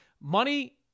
money